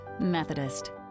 Methodist